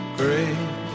great